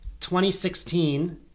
2016